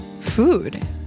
Food